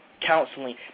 counseling